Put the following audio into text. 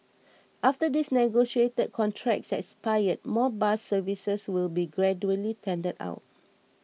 after these negotiated contracts expire more bus services will be gradually tendered out